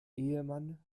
ehemann